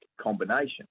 combination